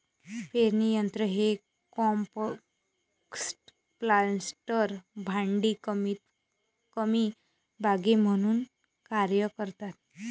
पेरणी यंत्र हे कॉम्पॅक्ट प्लांटर भांडी कमीतकमी बागे म्हणून कार्य करतात